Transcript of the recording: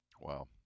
wow